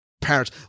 parents